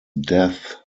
death